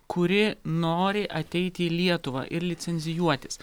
kuri nori ateiti į lietuvą ir licenzijuotis